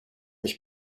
mich